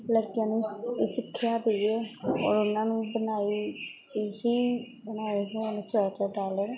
ਲੜਕੀਆਂ ਨੂੰ ਸ ਸਿੱਖਿਆ ਦਈਏ ਔਰ ਉਹਨਾਂ ਨੂੰ ਬੁਨਾਈ ਦੀ ਹੀ ਬੁਣਾਈ ਹੋਣ ਸਵੈਟਰ ਡਾਲਣ